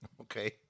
Okay